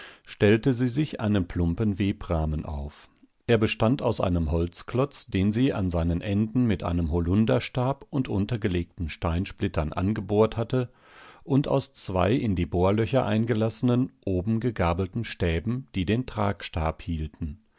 stellte sie sich einen plumpen webrahmen auf er bestand aus einem holzklotz den sie an seinen enden mit dem holunderstab und untergelegten steinsplittern angebohrt hatte und aus zwei in die bohrlöcher eingelassenen oben gegabelten stäben die den tragstab hielten